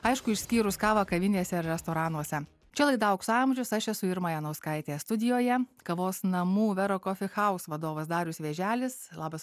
aišku išskyrus kavą kavinėse ir restoranuose čia laida aukso amžius aš esu irma janauskaitė studijoje kavos namų vero kofi haus vadovas darius vėželis labas